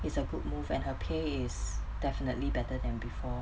it's a good move and her pay is definitely better than before